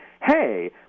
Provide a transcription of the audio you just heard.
hey